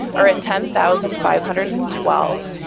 are at ten thousand five hundred and twelve.